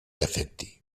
afecti